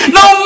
no